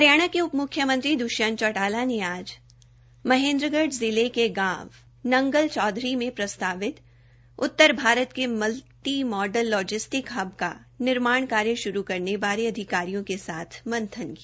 हरियणा के उप मुख्यमंत्री दृष्यंत चौटाला ने आज महेन्द्र गढ़ जिले के गांव नांगल चौधरी में प्रस्तावित उत्तर भारत के मल्टी मॉडल लॉजिस्टिक हब का निर्माण कार्य श्रू करने बारे अधिकारियों के साथ मंथन किया